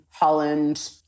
Holland